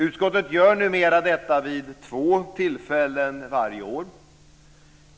Utskottet gör numera detta vid två tillfällen varje år.